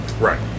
Right